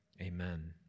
Amen